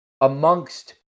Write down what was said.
amongst